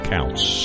Counts